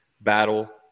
battle